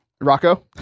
Rocco